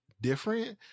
different